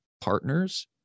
partners